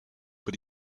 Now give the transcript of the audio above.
but